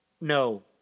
No